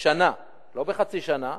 בשנה, לא בחצי שנה,